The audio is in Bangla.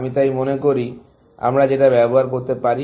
আমি তাই মনে করি আমরা যেটা ব্যবহার করতে পারি